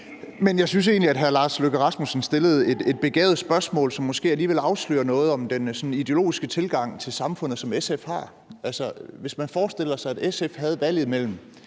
Men jeg synes egentlig, at hr. Lars Løkke Rasmussen stillede et begavet spørgsmål, som måske alligevel afslører noget om den sådan ideologiske tilgang til samfundet, som SF har. Hvis man forestiller sig, at SF havde valget mellem,